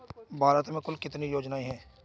भारत में कुल कितनी योजनाएं हैं?